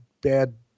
bad